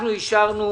ההסתייגות לא התקבלה.